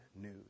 news